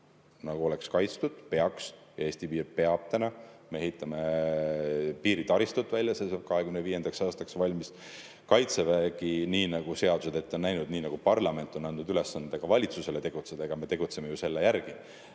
piir oleks kaitstud ja peaks. Eesti piir peab täna. Me ehitame välja piiritaristut, see saab 2025. aastaks valmis. Kaitsevägi, nii nagu seadused ette on näinud, nii nagu parlament on andnud ülesande valitsusele tegutseda, tegutseb selle järgi,